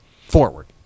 forward